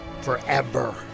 forever